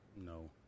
No